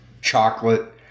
chocolate